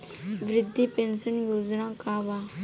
वृद्ध पेंशन योजना का बा?